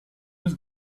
was